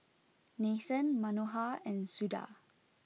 Nathan Manohar and Suda